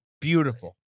Beautiful